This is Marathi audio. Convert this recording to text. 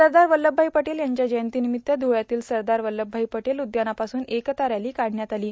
सरदार वल्लभभाई पटेल यांच्या जयंतीर्नामत्त ध्वळ्यातील सरदार वल्लभभाई पटेल उद्यानापासून एकता रॅलो काढण्यात आलो